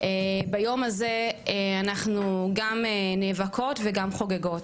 ביום הזה אנחנו גם נאבקות וגם חוגגות.